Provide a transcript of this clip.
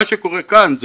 מה שקורה כאן,